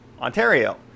Ontario